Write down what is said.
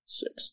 six